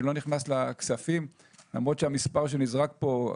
אני לא נכנס לכספים, למרות שהמספר שנזרק פה,